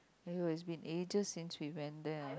!aiyo! it's been ages since we went there